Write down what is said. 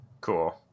cool